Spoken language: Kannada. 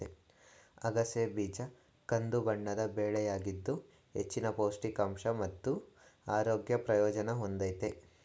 ಅಗಸೆ ಬೀಜ ಕಂದುಬಣ್ಣದ ಬೆಳೆಯಾಗಿದ್ದು ಹೆಚ್ಚಿನ ಪೌಷ್ಟಿಕಾಂಶ ಮತ್ತು ಆರೋಗ್ಯ ಪ್ರಯೋಜನ ಹೊಂದಯ್ತೆ